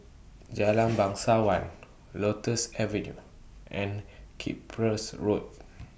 Jalan Bangsawan Lotus Avenue and Cyprus Road